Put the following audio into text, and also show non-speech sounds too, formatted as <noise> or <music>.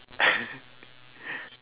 <laughs>